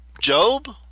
Job